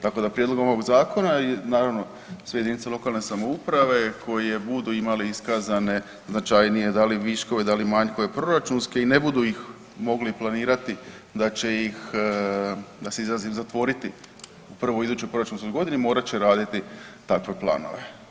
Tako da prijedlog ovog Zakona i naravno sve jedinice lokalne samouprave koje budu imale iskazane značajnije, da li viškove, da li manjkove proračunske i ne budu ih mogli planirati da će ih, da se izrazim, zatvoriti u prvoj idućoj proračunskoj godini, morat će raditi takve planove.